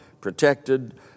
protected